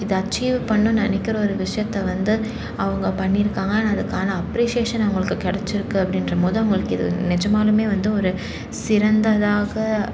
இது அச்சீவ் பண்ணணும்ன்னு நினைக்கிற ஒரு விஷயத்தை வந்து அவங்க பண்ணியிருக்காங்க ஆனால் அதுக்கான அப்ரிசேஷஷன் அவங்களுக்கு கிடைச்சிருக்கு அப்படின்றபோது இது நிஜமாலுமே வந்து ஒரு சிறந்ததாக